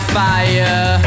fire